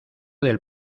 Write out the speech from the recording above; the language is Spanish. del